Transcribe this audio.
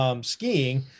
Skiing